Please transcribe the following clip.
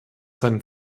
seinen